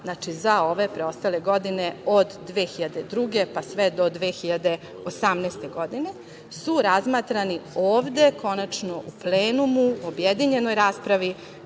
znači za ove preostale godine od 2002, pa sve do 2018. godine su razmatrani ovde konačno u plenumu, objedinjenoj raspravi.